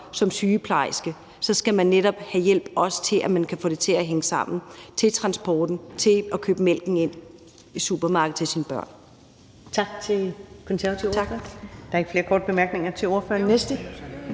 som sygeplejerske, skal man have hjælp, så man kan få det til at hænge sammen og have råd til transport og til at købe mælk i supermarkedet til sine børn.